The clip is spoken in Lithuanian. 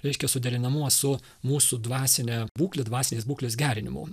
reiškia suderinamumą su mūsų dvasine būkle dvasinės būklės gerinimu